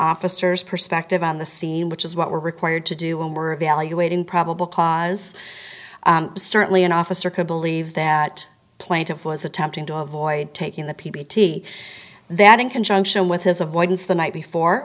officer's perspective on the scene which is what we're required to do and were evaluating probable cause certainly an officer could believe that plaintiff was attempting to avoid taking the p b t that in conjunction with his avoidance the night before